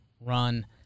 run